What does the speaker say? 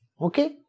Okay